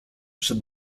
przed